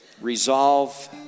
resolve